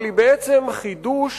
אבל היא בעצם חידוש